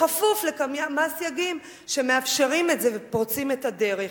בכפוף לכמה סייגים שמאפשרים את זה ופורצים את הדרך.